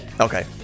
Okay